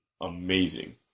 amazing